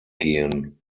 gehen